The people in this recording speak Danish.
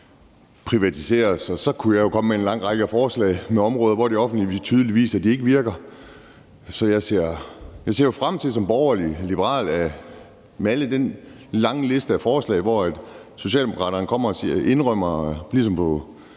privatiseres. Og så kunne jeg jo komme med en lang række af forslag på områder, hvor det offentlige tydeligvis ikke virker. Så jeg ser jo som borgerlig-liberal frem til den lange liste af forslag, hvor Socialdemokraterne kommer og indrømmer – ligesom på